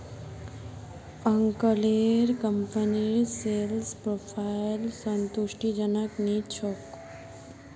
अंकलेर कंपनीर sales profile संतुष्टिजनक नी छोक